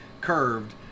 curved